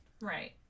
Right